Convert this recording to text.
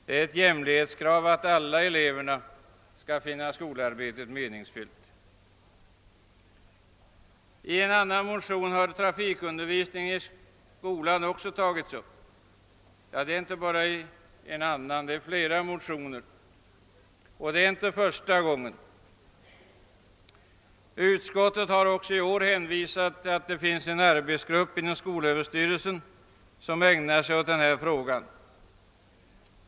Det är ett jämlikhetskrav att alla elever skall kunna uppleva skolarbetet som meningsfullt. I flera motioner har trafikundervisningen tagits upp och det är inte första gången. Utskottet har också i år hänvisat till att det finns en arbetsgrupp inom skolöverstyrelsen som ägnar sig åt denna fråga.